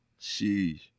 Sheesh